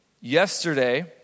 yesterday